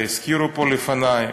והזכירו פה לפני,